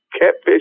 Catfish